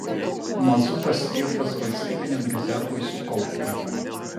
mazutas skirtas valstybiniam rezervui sukaupti